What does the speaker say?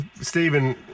Stephen